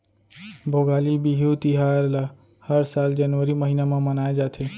भोगाली बिहू तिहार ल हर साल जनवरी महिना म मनाए जाथे